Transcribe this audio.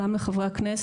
גם ממך חבר הכנסת,